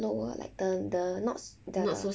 lower like the the not s~ the